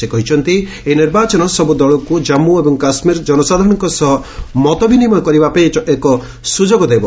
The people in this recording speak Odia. ସେ କହିଛନ୍ତି ଏହି ନିର୍ବାଚନ ସବୁ ଦଳକୁ ଜାମ୍ମୁ ଏବଂ କାଶ୍ମୀର ଜନସାଧାରଣଙ୍କ ସହ ମତ ବିନିମୟ କରିବା ପାଇଁ ଏକ ସୁଯୋଗ ଦେବ